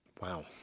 Wow